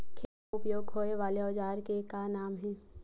खेत मा उपयोग होए वाले औजार के का नाम हे?